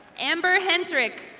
amber hendrick.